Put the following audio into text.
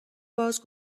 باز